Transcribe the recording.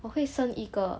我会生一个